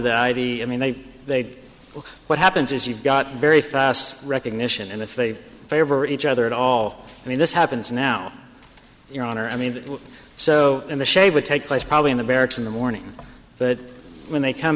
their id i mean they they know what happens is you've got very fast recognition and if they favor each other at all and this happens now your honor i mean so in the shade would take place probably in the barracks in the morning but when they come